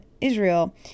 Israel